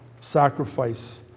sacrifice